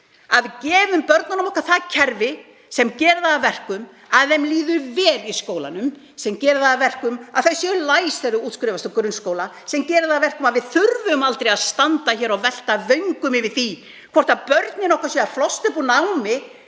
við gefum börnunum okkar kerfi sem gerir það að verkum að þeim líður vel í skólanum, sem gerir það að verkum að þau eru læs þegar þau útskrifast úr grunnskóla, sem gerir það að verkum að við þurfum aldrei að standa hér og velta vöngum yfir því hvort börnin okkar séu að flosna upp úr námi